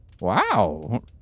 Wow